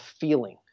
feeling